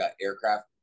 aircraft